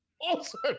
Awesome